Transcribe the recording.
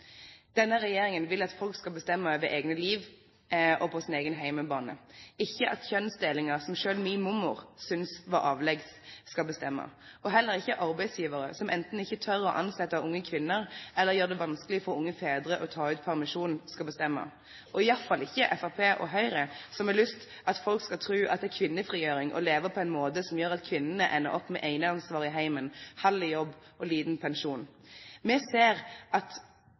Denne regjeringen vil at folk skal bestemme over egne liv og på sin egen hjemmebane, ikke at kjønnsdelinger, som selv min mormor synes var avleggs, skal bestemme. Heller ikke arbeidsgivere, som enten ikke tør å ansette unge kvinner eller gjør det vanskelig for unge fedre å ta ut permisjonen, skal bestemme – og i hvert fall ikke Fremskrittspartiet og Høyre, som har lyst til at folk skal tro at det er kvinnefrigjøring å leve på en måte som gjør at kvinnene ender opp med eneansvar i hjemmet, halv jobb og liten pensjon. Vi ser at